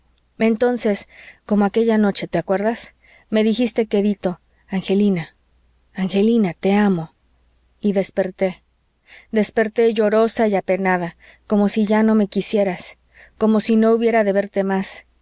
en el respaldo del sillón entonces como aquella noche te acuerdas me dijiste quedito angelina angelina te amo y desperté desperté llorosa y apenada como si ya no me quisieras como si no hubiera de verte más